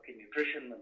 nutrition